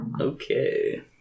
Okay